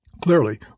Clearly